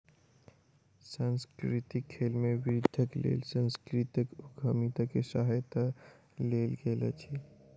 सांस्कृतिक खेल में वृद्धिक लेल सांस्कृतिक उद्यमिता के सहायता लेल गेल अछि